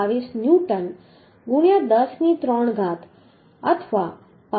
22 newton ગુણ્યાં 10 ની 3 ઘાત અથવા 65